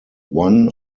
one